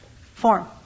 form